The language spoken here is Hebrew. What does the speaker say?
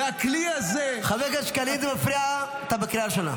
והכלי הזה --- למה אתה לא מצטרף לממשלת אחדות?